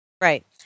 Right